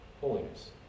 holiness